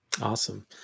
Awesome